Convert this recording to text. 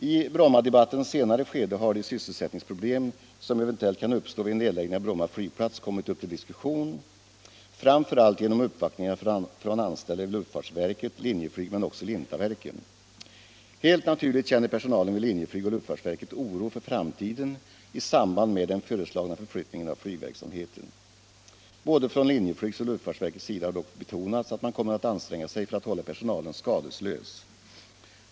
I Brommadebattens senare skede har de sysselsättningsproblem som eventuellt kan uppstå vid en nedläggning av Bromma flygplats kommit upp till diskussion framför allt genom uppvaktningar från anställda vid luftfartsverket och Linjeflyg men också Lintaverken. Helt naturligt känner personalen vid Linjeflyg och luftfartsverket oro för framtiden i samband med den föreslagna förflyttningen av flygverksamheten. Både från Linjeflygs och från luftfartsverkets håll har dock betonats att man kommer att anstränga sig för att hålla personalen skadeslös.